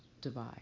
divide